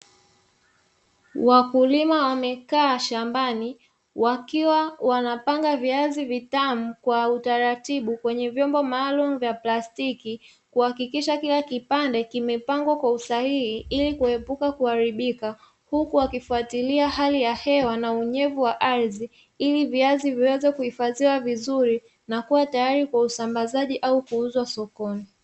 Wakulima wamekaa shambani wakiwa wanapanga viazi vitamu kwa utaratibu kwenye vyombo maalumu vya plastiki, kuhakikisha kila kipande kimepangwa kwa usahihi; ili kuepuka kuharibika huku wakifuatilia hali ya hewa na unyevu wa ardhi, ili viazi viweze kuhifadhiwa vizuri na kuwa tayari kwa usambazaji au kuuzwa sokoni.